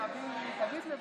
תשבי, תשבי.